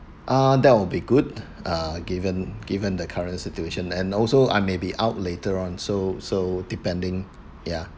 ah that will be good uh given given the current situation and also I may be out later on so so depending ya